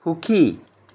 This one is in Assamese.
সুখী